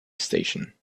station